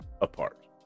apart